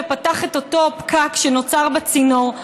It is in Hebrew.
ופתח את אותו פקק שנוצר בצינור,